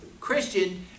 Christian